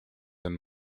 and